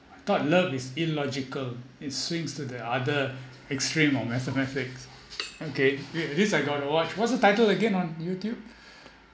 thought love is illogical it swings to the other extreme of mathematics okay this this I got to watch what's the title again on youtube